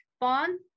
bond